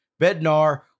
Bednar